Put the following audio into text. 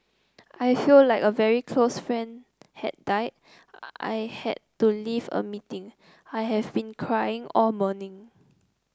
I feel like a very close friend had died I had to leave a meeting I have been crying all morning